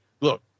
look